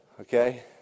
Okay